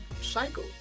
cycle